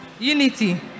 Unity